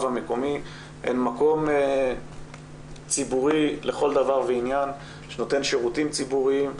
המקומי הן מקום ציבורי לכל דבר ועניין שנותן שירותים ציבוריים,